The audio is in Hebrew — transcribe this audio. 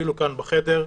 אפילו כאן בחדר,